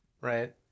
Right